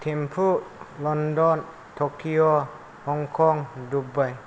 Thimphu London Tokyo Hong Kong Dubai